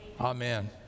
Amen